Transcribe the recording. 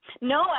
No